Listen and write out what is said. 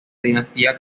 dinastía